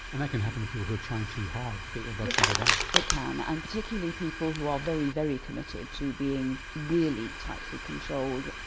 and that can happen to people who are trying too hard to keep their blood sugar down. yes, it can, and particularly people who are very, very committed to being really tightly controlled.